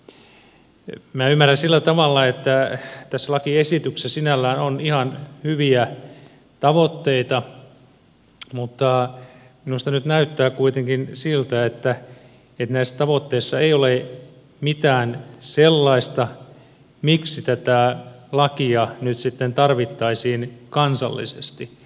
minä ymmärrän sillä tavalla että tässä lakiesityksessä sinällään on ihan hyviä tavoitteita mutta minusta nyt näyttää kuitenkin siltä että näissä tavoitteissa ei ole mitään sellaista miksi tätä lakia nyt sitten tarvittaisiin kansallisesti